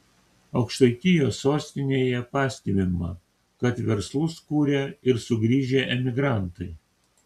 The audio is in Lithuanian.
aukštaitijos sostinėje pastebima kad verslus kuria ir sugrįžę emigrantai